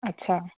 अच्छा